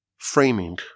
Framing